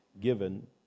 given